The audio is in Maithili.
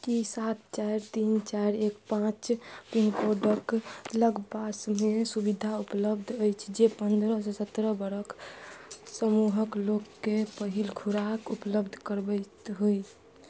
की सात चारि तीन चारि एक पाँच पिन कोडक लगपासमे सुविधा उपलब्ध अछि जे पन्द्रहसँ सत्रह बरख समूहक लोकके पहिल खुराक उपलब्ध करबैत होइ